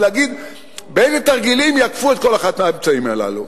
ולהגיד באיזה תרגילים יעקפו כל אחד מהאמצעים הללו.